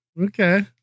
Okay